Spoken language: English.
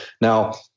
Now